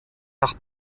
nach